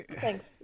thanks